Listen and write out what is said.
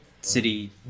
city